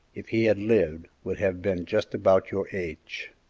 if he had lived, would have been just about your age.